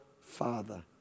Father